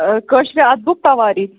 کٲشرِ اَدبُک تواریخ